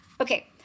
okay